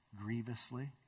grievously